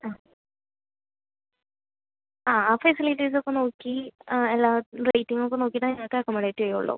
ആ ആ ആ ഫെസിലിറ്റീസ് ഒക്കെ നോക്കി എല്ലാ റേറ്റിംഗ് ഒക്കെ നോക്കിയിട്ടേ നിങ്ങൾക്ക് അക്കോമഡേറ്റ് ചെയ്യുള്ളൂ